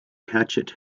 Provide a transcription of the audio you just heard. hatchet